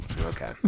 Okay